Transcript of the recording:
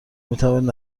میتوانید